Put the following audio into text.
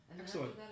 Excellent